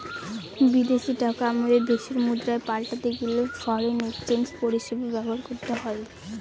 বিদেশী টাকা আমাদের দেশের মুদ্রায় পাল্টাতে গেলে ফরেন এক্সচেঞ্জ পরিষেবা ব্যবহার করতে হয়